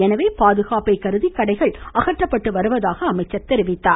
எனவே பாதுகாப்பை கருதி கடைகள் அகற்றப்பட்டு வருவதாக அவர் தெரிவித்தார்